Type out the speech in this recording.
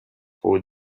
for